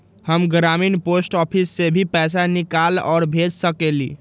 हम ग्रामीण post office से भी पैसा निकाल और भेज सकेली?